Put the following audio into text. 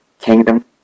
Kingdom